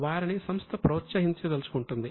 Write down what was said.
వారిని సంస్థ ప్రోత్సహించదలచుకుంటుంది